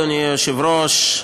אדוני היושב-ראש,